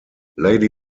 lady